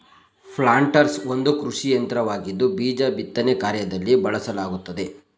planters ಒಂದು ಕೃಷಿಯಂತ್ರವಾಗಿದ್ದು ಬೀಜ ಬಿತ್ತನೆ ಕಾರ್ಯದಲ್ಲಿ ಬಳಸಲಾಗುತ್ತದೆ